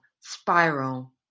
spiral